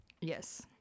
Yes